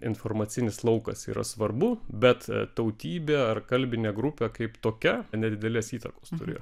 informacinis laukas yra svarbu bet tautybė ar kalbinė grupė kaip tokia nedidelės įtakos turėjo